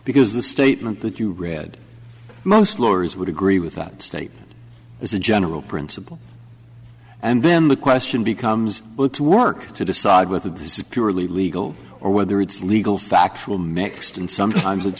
because the statement that you read most lawyers would agree with that statement as a general principle and then the question becomes will it work to decide whether this is purely legal or whether it's legal factual mixed and sometimes